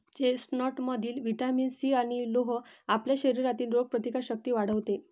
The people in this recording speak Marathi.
चेस्टनटमधील व्हिटॅमिन सी आणि लोह आपल्या शरीरातील रोगप्रतिकारक शक्ती वाढवते